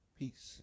peace